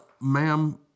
ma'am